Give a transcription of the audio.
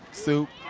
soup,